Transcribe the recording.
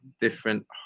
different